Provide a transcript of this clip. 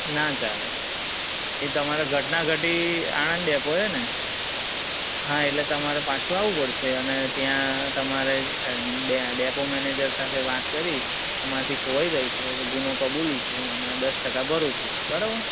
ના ચાલે એ તમારે ઘટના ઘટી આણંદ ડેપોએ ને હા એટલે તમારે પાછુ આવવું પડશે અને ત્યાં તમારે ડેપો મેનેજર સાથે વાત કરી કે મારાથી ખોવાઈ ગઈ છે એટલે ગુનો કબુલીશ હું અને દસ ટકા ભરું છું બરાબર